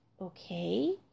okay